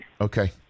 Okay